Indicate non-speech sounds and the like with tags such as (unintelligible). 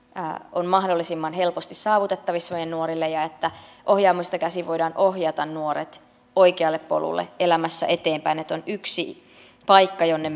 ovat mahdollisimman helposti saavutettavissa meidän nuorille ja että ohjaamoista käsin voidaan ohjata nuoret oikealle polulle elämässä eteenpäin niin että on yksi paikka jonne (unintelligible)